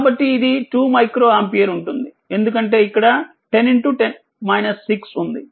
కాబట్టిఇది 2 మైక్రో ఆంపియర్ఉంటుంది ఎందుకంటే ఇక్కడ 10 6 ఉంది